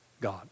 God